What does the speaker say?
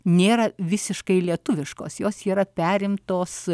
nėra visiškai lietuviškos jos yra perimtos